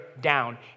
down